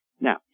Now